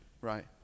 right